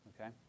Okay